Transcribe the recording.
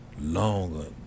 Longer